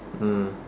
mm